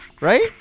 Right